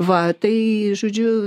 va tai žodžiu